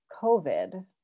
COVID